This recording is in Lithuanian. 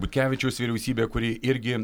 e butkevičiaus vyriausybė kuri irgi